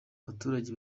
abaturage